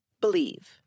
Believe